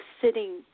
sitting